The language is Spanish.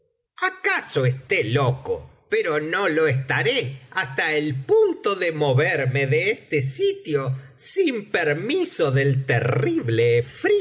acaso esté loco pero no lo estaró hasta el punto de moverme de este sitio sin permiso del terrible